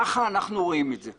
כך אנחנו רואים את זה.